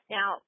Now